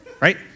right